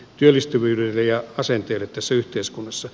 työllistyväyliä aseen viritysyhteiskunnassa